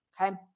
okay